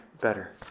better